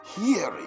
hearing